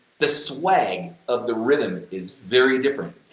the swag of the rhythm is very different.